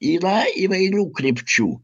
yra įvairių krypčių